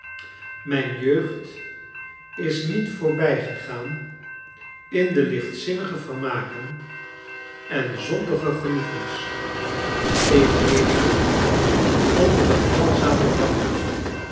mijn jeugd is niet voorbijgegaan in lichtzinnige vermaken en zondige genoegens ik leefde onder een heilzamen dwang